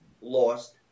lost